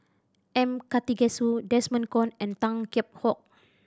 M Karthigesu Desmond Kon and Tan Kheam Hock